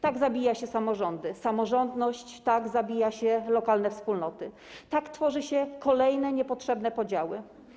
Tak zabija się samorządy, samorządność, tak zabija się lokalne wspólnoty, tak tworzy się kolejne niepotrzebne podziały.